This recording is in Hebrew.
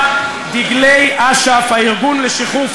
גברתי היושבת-ראש, חברות וחברי